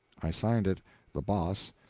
i signed it the boss,